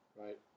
right